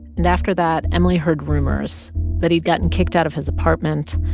and after that, emily heard rumors that he'd gotten kicked out of his apartment,